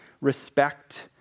respect